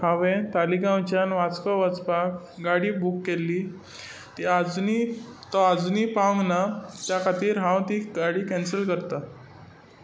हांवें तालिगांवच्यान वास्को वचपाक गाडी बूक केल्ली ती आजुनी तो आजुनी पावंक ना त्या खातीर हांव ती गाडी कॅन्सल करतां